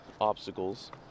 obstacles